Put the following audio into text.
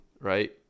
right